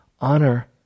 honor